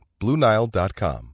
BlueNile.com